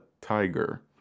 tiger